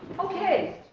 okay,